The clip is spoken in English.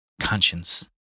conscience